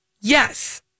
Yes